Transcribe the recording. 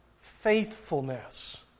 faithfulness